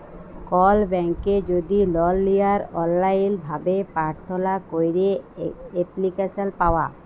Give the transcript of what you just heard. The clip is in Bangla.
কল ব্যাংকে যদি লল লিয়ার অললাইল ভাবে পার্থনা ক্যইরে এপ্লিক্যাসল পাউয়া